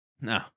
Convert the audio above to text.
No